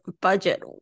budget